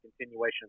continuation